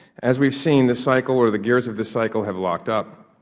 as we have seen, the cycle or the gears of this cycle have locked up.